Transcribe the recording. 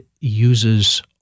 uses